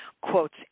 quotes